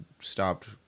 stopped